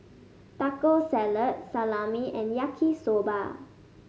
Taco Salad Salami and Yaki Soba